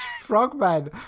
Frogman